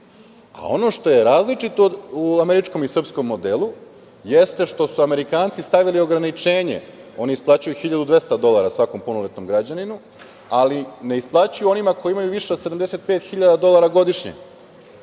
A ono što je različito u američkom i srpskom modelu jeste što su Amerikanci stavili ograničenje - oni isplaćuju 1.200 dolara svakom punoletnom građaninu, ali ne isplaćuju onima koji imaju više od 75.000 dolara godišnje.